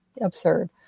absurd